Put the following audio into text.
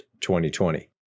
2020